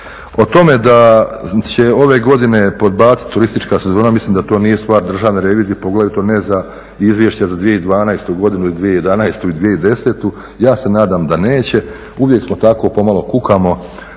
O tome da će ove godine podbaciti turistička sezona mislim da to nije stvar Državne revizije, poglavito ne za izvješća za 2012. godinu i 2011. i 2010. Ja se nadam da neće. Uvijek tako pomalo kukamo